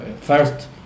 first